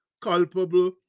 culpable